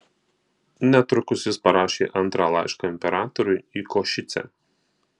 netrukus jis parašė antrą laišką imperatoriui į košicę